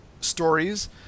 stories